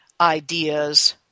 ideas